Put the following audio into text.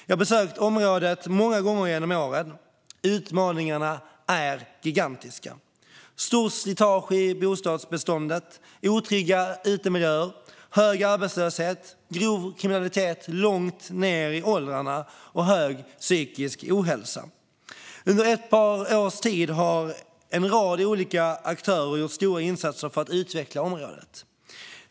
Jag har besökt området många gånger genom åren. Utmaningarna är gigantiska: stort slitage i bostadsbeståndet, otrygga utemiljöer, hög arbetslöshet, grov kriminalitet långt ned i åldrarna och stor psykisk ohälsa. Under ett par års tid har en rad olika aktörer gjort stora insatser för att utveckla området.